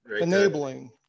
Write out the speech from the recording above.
Enabling